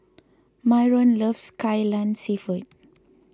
Myron loves Kai Lan Seafood